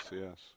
yes